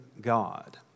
God